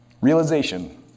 realization